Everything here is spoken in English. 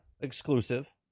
exclusive